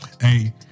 hey